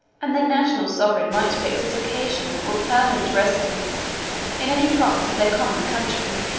and their national sovereign might fix his occasional or permanent residence in any province of their common country.